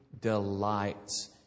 delights